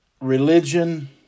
religion